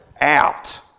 out